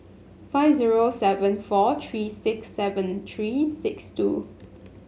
five zero seven four three six seven three six two